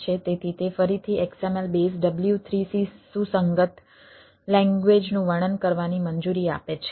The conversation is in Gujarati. તેથી તે ફરીથી XML બેઝ W3C સુસંગત લેંગ્વેજનું વર્ણન કરવાની મંજૂરી આપે છે